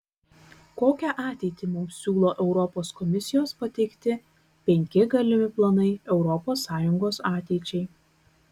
kokią ateitį mums siūlo europos komisijos pateikti penki galimi planai europos sąjungos ateičiai